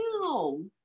No